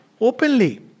openly